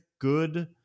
good